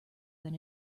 than